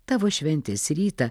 tavo šventės rytą